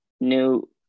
new